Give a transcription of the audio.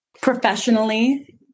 professionally